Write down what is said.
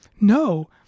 no